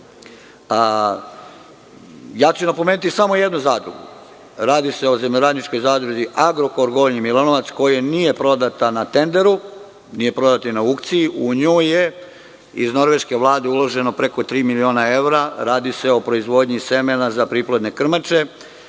ću napomenuti samo jednu zadrugu. Radi se o ZZ „Agrokor“ Gornji Milanovac, koja nije prodata na tenderu, nije prodata ni na aukciji. U njoj je iz norveške vlade uloženo preko tri miliona evra. Radi se o proizvodnji semena za priplodne krmače.